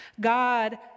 God